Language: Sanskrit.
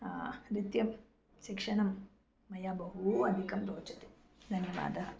नृत्यशिक्षणं मया बहू अधिकं रोचते धन्यवादः